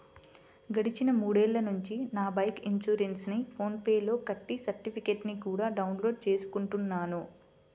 గడిచిన మూడేళ్ళ నుంచి నా బైకు ఇన్సురెన్సుని ఫోన్ పే లో కట్టి సర్టిఫికెట్టుని కూడా డౌన్ లోడు చేసుకుంటున్నాను